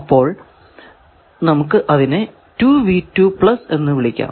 അപ്പോൾ നമുക്ക് അതിനെ എന്ന് വിളിക്കാം